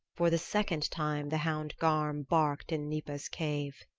for the second time the hound garm barked in gnipa's cave.